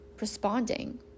responding